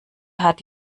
hat